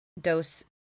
dose